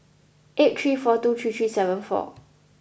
eight three four two three three seven four